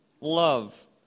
love